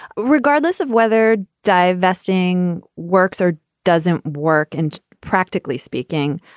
regardless of whether divesting works or doesn't work. and practically speaking,